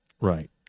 Right